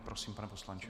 Prosím, pane poslanče.